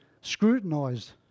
scrutinised